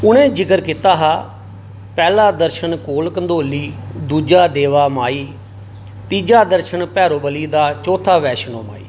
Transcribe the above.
उ'नें जिकर कीता हा पैह्ला दर्शन कोल कंडोली दूजा देवा माई तीजा दर्शन भैरो बली दा चौथा बैश्नो माई